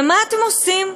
ומה אתם עושים?